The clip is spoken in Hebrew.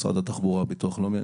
משרד התחבורה, ביטוח לאומי.